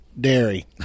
dairy